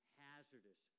hazardous